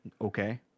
okay